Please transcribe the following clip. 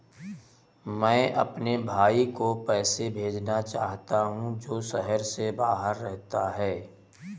मैं अपने भाई को पैसे भेजना चाहता हूँ जो शहर से बाहर रहता है